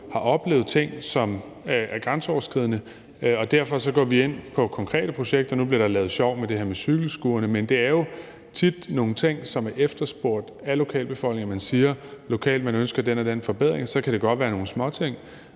har oplevet ting, som er grænseoverskridende, og derfor går vi ind på konkrete projekter. Nu blev der lavet sjov med det her med cykelskurene, men det er jo tit nogle ting, som er efterspurgt af lokalbefolkningen, altså at man lokalt siger, at man ønsker den og den forbedring. Så kan det godt være nogle småting,